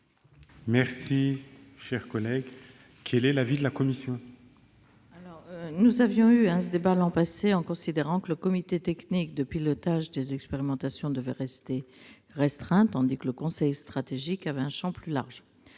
pour un coût adapté. Quel est l'avis de la commission ? Nous avions eu ce débat l'an passé, et nous avons considéré que le comité technique de pilotage des expérimentations devait rester restreint, tandis que le conseil stratégique avait un champ plus large